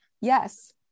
Yes